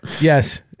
Yes